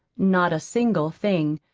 not a single thing.